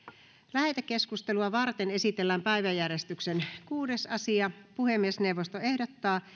lähetekeskustelua varten esitellään päiväjärjestyksen kuudes asia puhemiesneuvosto ehdottaa